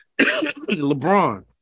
LeBron